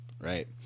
Right